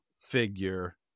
figure